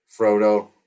Frodo